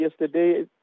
yesterday